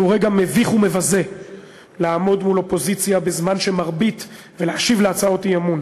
זהו רגע מביך ומבזה לעמוד מול אופוזיציה ולהשיב על הצעות אי-אמון